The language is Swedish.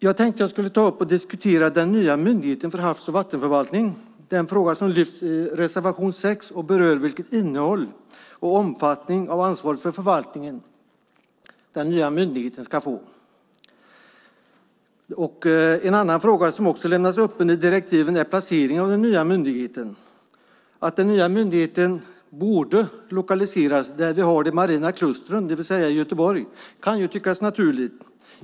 Jag tänkte ta upp frågan som avhandlar den nya myndigheten för havs och vattenförvaltning. Den frågan lyfts fram i reservation 6 som berör vilket innehåll och vilken omfattning av ansvaret för förvaltningen den nya myndigheten ska få. En annan fråga som lämnats öppen i direktiven är placeringen av den nya myndigheten. Att den nya myndigheten borde lokaliseras där vi har de marina klustren, det vill säga i Göteborg, kan tyckas naturligt.